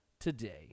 today